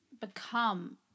become